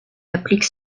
applique